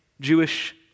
Jewish